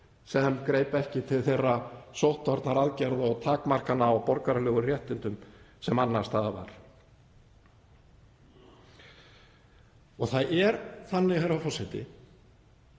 sem greip ekki til þeirra sóttvarnaaðgerða og takmarkana á borgaralegum réttindum sem annars staðar var gert. Það er þannig, herra forseti,